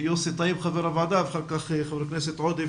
יוסי טייב חבר הוועדה ואחר כך חבר הכנסת עודה,